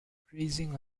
grazing